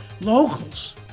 Locals